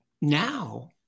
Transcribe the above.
now